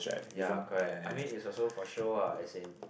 ya correct I mean is also for show ah as in